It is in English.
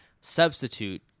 substitute